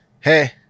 Hey